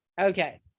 Okay